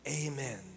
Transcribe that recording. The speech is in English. amen